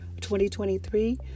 2023